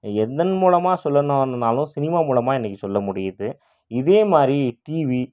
எதன் மூலமாக சொல்லணும் இருந்தாலும் சினிமா மூலமா இன்றைக்கு சொல்ல முடியுது இதே மாதிரி டிவி